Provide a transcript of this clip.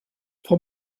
for